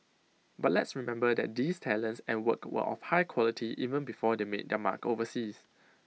but let's remember that these talents and work were of high quality even before they made their mark overseas